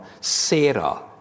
Sarah